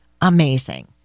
amazing